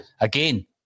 again